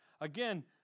Again